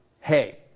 hey